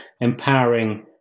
empowering